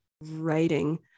writing